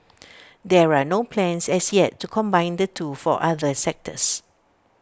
there are no plans as yet to combine the two for other sectors